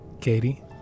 Katie